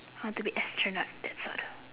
I want to be astronaut sort of